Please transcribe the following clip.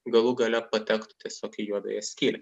galų gale patektų tiesiog į juodąją skylę